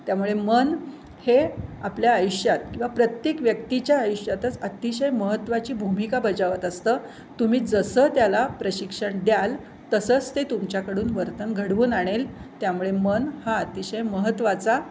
त्यामुळे मन हे आपल्या आयुष्यात किंवा प्रत्येक व्यक्तीच्या आयुष्यातच अतिशय महत्त्वाची भूमिका बजावत असतं तुम्ही जसं त्याला प्रशिक्षण द्याल तसंच ते तुमच्याकडून वर्तन घडवून आणेल त्यामुळे मन हा अतिशय महत्त्वाचा